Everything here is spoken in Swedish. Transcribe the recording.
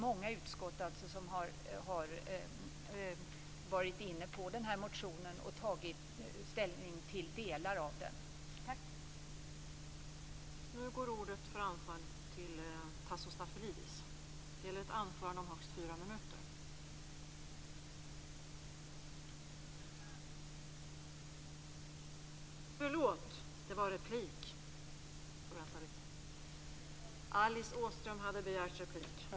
Många utskott har tagit upp den här motionen och tagit ställning till delar av den. Tack!